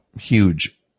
huge